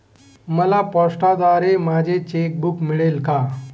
मला पोस्टाद्वारे माझे चेक बूक मिळाले आहे